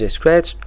Scratch